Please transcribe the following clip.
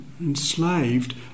Enslaved